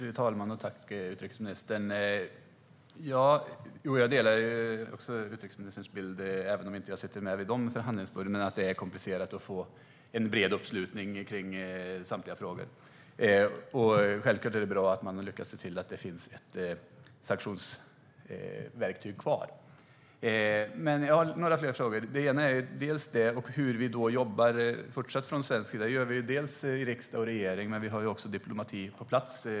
Fru talman! Tack, utrikesministern! Jag delar utrikesministerns bild, även om jag inte sitter med vid förhandlingsborden, att det är komplicerat att få en bred uppslutning kring samtliga frågor. Självklart är det bra att man har lyckats se till att det finns ett sanktionsverktyg kvar. Jag har några fler frågor. Hur jobbar vi fortsatt från svensk sida? Det gör vi i riksdag och regering, men vi har ju också diplomati på plats.